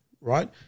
Right